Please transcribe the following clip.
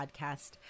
podcast